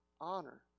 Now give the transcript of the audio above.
honor